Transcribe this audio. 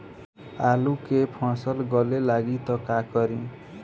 आलू के फ़सल गले लागी त का करी?